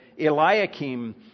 Eliakim